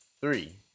Three